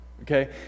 okay